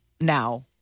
now